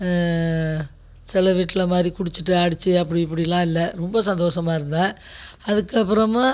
சில வீட்டில் மாதிரி குடிச்சுட்டு அடிச்சு அப்படி இப்படிலாம் இல்லை ரொம்ப சந்தோசமாக இருந்தேன் அதுக்கப்புறமா